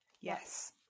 yes